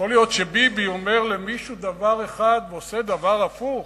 יכול להיות שביבי אומר למישהו דבר אחד ועושה דבר הפוך?